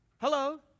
Hello